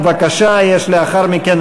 אמנון כהן,